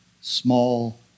Small